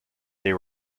they